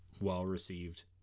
well-received